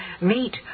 meet